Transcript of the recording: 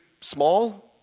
small